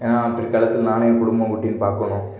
ஏன்னா பிற்காலத்தில் நானும் என் குடும்பம் குட்டின்னு பாக்கணும்